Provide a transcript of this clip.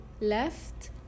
left